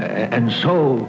and so